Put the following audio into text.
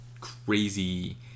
crazy